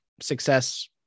success